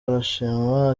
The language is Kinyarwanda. arashima